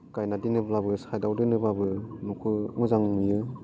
गायना दोनोब्लाबो साइडआव दोनोब्लाबो न'खो मोजां नुयो